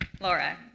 Laura